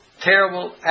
terrible